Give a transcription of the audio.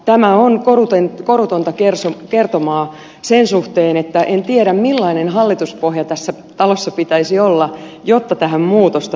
tämä on korutonta kertomaa sen suhteen että en tiedä millainen hallituspohja tässä talossa pitäisi olla jotta tähän muutosta tulisi